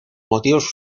motivos